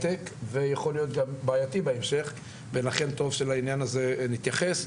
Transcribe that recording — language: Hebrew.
ויש ארבע נקודות לדעתי שהן מאוד מאוד קריטיות,